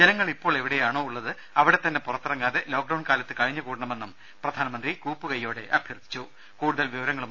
ജനങ്ങൾ ഇപ്പോൾ എവിടെയാണോ ഉള്ളത് അവിടെത്തന്നെ പുറത്തിറങ്ങാതെ ലോക്ഡൌൺ കാലത്ത് കഴിഞ്ഞുകൂടണമെന്ന് പ്രധാനമന്ത്രി കൂപ്പുകയ്യോടെ അഭ്യർത്ഥിച്ചു